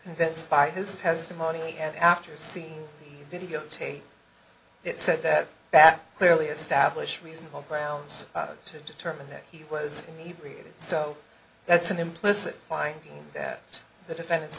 convinced by his testimony and after seeing videotape it said that back clearly establish reasonable grounds to determine that he was in need so that's an implicit finding that the defendant's